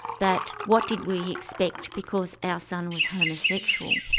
that what did we expect, because our son was homosexual.